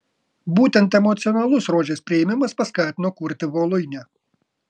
būtent emocionalus rožės priėmimas paskatino kurti voluinę